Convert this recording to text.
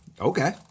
Okay